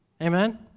Amen